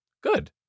good